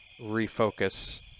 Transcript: refocus